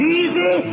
easy